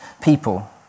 people